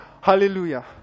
hallelujah